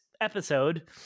episode